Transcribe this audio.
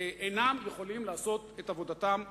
אינם יכולים לעשות את עבודתם כהלכה.